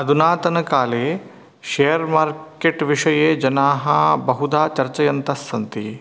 अधुनातनकाले शेर्मार्केट् विषये जनाः बहुधा चर्चयन्तस्सन्ति